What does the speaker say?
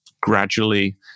gradually